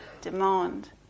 demand